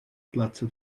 plazza